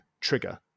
trigger